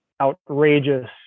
outrageous